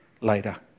later